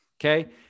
Okay